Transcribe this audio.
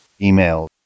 email